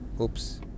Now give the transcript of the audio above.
oops